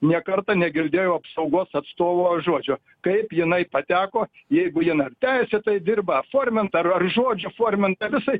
nė karto negirdėjau apsaugos atstovo žodžio kaip jinai pateko jeigu jinai ar teisėtai dirba aforminta ar ar žodžiu forminta visai